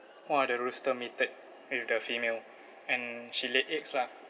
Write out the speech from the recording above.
one of the rooster mated with the female and she laid eggs lah